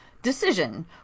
Decision